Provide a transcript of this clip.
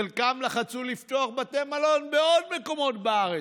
חלקם לחצו לפתוח בתי מלון בעוד מקומות בארץ.